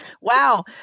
Wow